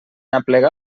aplegar